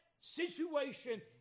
situation